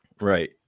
Right